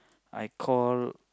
I call